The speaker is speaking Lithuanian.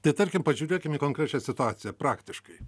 tai tarkim pažiūrėkim į konkrečią situaciją praktiškai